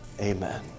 amen